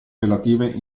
relative